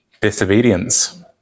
disobedience